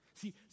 See